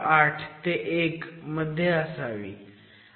8 ते 1 मध्ये असावी